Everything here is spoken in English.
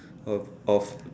of of